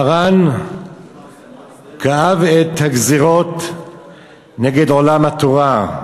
מרן כאב את הגזירות נגד עולם התורה,